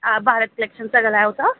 हा भारत कलेक्शन तां ॻाल्हांयो था